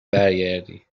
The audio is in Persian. برگردی